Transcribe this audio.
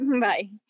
Bye